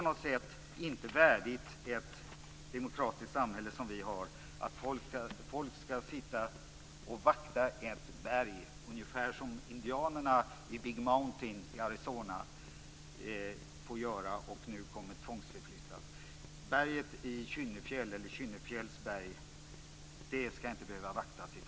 Det är inte värdigt ett demokratiskt samhälle som vårt att folk ska sitta och vakta ett berg, ungefär som de indianer i Big Mountain i Arizona som nu kommer att tvångsförflyttas gör. Kynnefjäll ska i fortsättningen inte behöva vaktas.